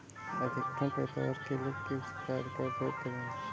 अधिकतम पैदावार के लिए किस खाद का उपयोग करें?